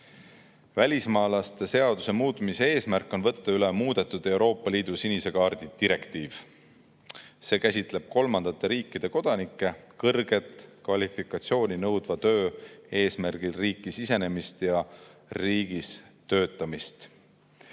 eelnõu. Välismaalaste seaduse muutmise eesmärk on võtta üle Euroopa Liidu sinise kaardi muudetud direktiiv. See käsitleb kolmandate riikide kodanike kõrget kvalifikatsiooni nõudva töö eesmärgil riiki sisenemist ja riigis töötamist.